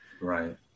Right